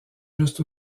juste